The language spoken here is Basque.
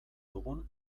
dugun